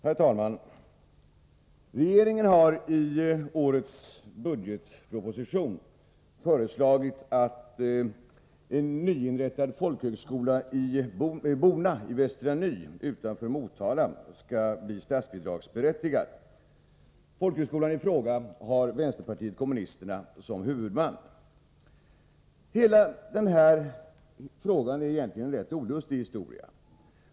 Herr talman! Regeringen har i årets budgetproposition föreslagit att en nyinrättad folkhögskola i Bona i Västra Ny utanför Motala skall bli statsbidragsberättigad. Folkhögskolan i fråga har vänsterpartiet kommunisterna som huvudman. Hela den här frågan är egentligen rätt olustig.